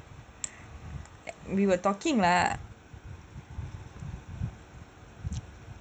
we were talking lah